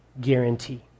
guarantee